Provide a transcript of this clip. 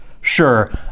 Sure